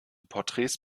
porträts